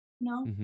No